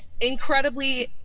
incredibly